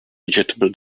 vegetable